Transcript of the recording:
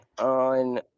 on